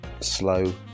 slow